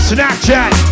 Snapchat